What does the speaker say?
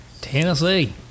Tennessee